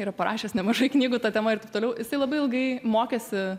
yra parašęs nemažai knygų ta tema ir taip toliau jisai labai ilgai mokėsi